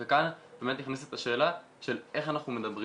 וכאן נכנסת השאלה של איך אנחנו מדברים